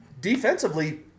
Defensively